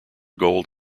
gold